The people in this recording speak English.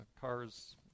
car's